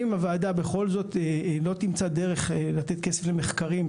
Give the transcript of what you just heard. אם הוועדה בכל זאת לא תמצא דרך לתת כסף למחקרים,